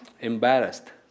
embarrassed